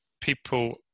People